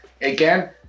again